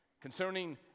concerning